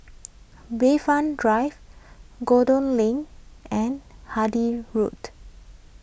Bayfront Drive Lane and Handy Road